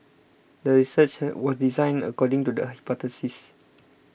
the research was designed according to the hypothesis